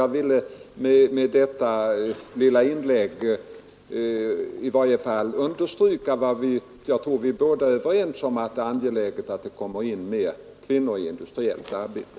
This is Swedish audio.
Jag vill med detta lilla inlägg understryka vad vi båda är överens om, nämligen att det är angeläget att allt fler kvinnor kommer i industriellt arbete.